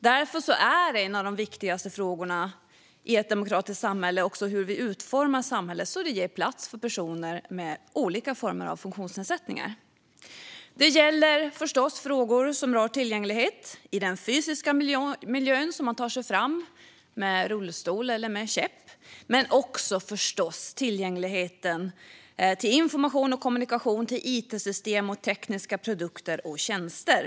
Därför är en av de viktigaste frågorna i ett demokratiskt samhälle hur vi utformar samhället så att det ger plats för personer med olika former av funktionsnedsättningar. Det gäller förstås frågor som rör tillgänglighet i den fysiska miljön - att man kan ta sig fram med rullstol eller käpp - men också tillgänglighet i fråga om information, kommunikation, it-system och tekniska produkter och tjänster.